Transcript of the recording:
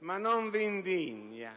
Non vi indigna